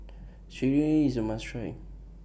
IS A must Try